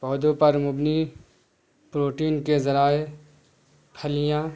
پودوں پر مبنی پروٹین کے ذرائع پھلیاں